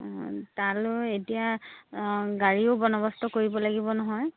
অ তালৈ এতিয়া গাড়ীও বন্দবস্ত কৰিব লাগিব নহয়